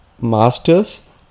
masters